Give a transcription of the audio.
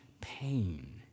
pain